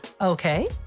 Okay